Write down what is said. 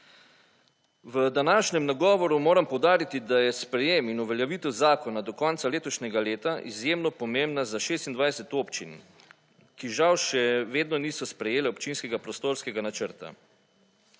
V današnjem nagovoru moram poudariti, da je sprejem in uveljavitev zakona do konca letošnjega leta izjemno pomembna za 26 občin, ki žal še vedno niso sprejele občinskega prostorskega načrta.